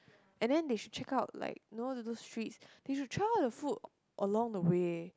and then they should check out like know those streets they should try all the food along the way